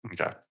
Okay